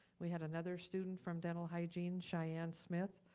we had another student from dental hygiene, cheyenne smith,